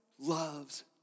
loves